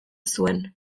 zuen